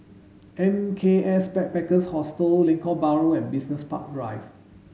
N K S Backpackers Hostel Lengkok Bahru and Business Park Drive